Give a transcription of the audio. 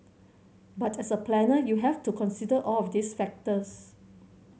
but as a planner you have to consider all of these factors